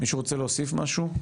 מישהו רוצה להוסיף משהו?